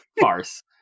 farce